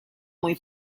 muy